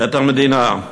את המדינה.